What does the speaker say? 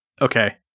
Okay